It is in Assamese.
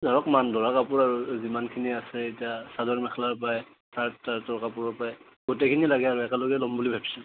ধৰক মান ধৰা কাপোৰ আৰু যিমান খিনি আছে এতিয়া চাদৰ মেখেলা পৰা ছাৰ্ট তাৰ্টৰ কাপোৰ পৰা গোটেইখিনি লাগে আৰু একেলগে ল'ম বুলি ভাবিছিলোঁ